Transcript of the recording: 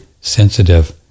sensitive